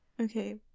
Okay